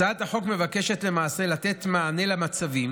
הצעת החוק מבקשת למעשה לתת מענה למצבים